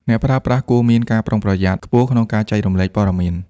អ្នកប្រើប្រាស់គួរមានការប្រុងប្រយ័ត្នខ្ពស់ក្នុងការចែករំលែកព័ត៌មាន។